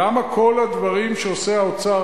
למה כל הדברים שעושה האוצר,